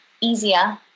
easier